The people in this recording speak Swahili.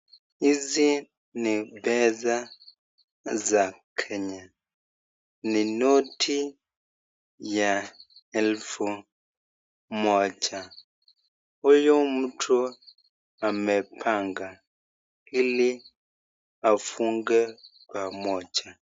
Hizi ni pesa za Kenya. Ni noti ya elfu moja. Huyu mtu amepanga ili afunge pamoja.